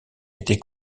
été